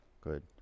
good